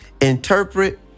interpret